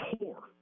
Poor